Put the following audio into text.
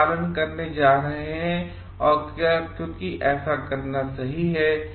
हम पालन करने जा रहे हैं और क्योंकि ऐसा करना सही है